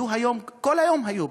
הם היו היום, כל היום היו בכנסת,